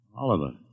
Oliver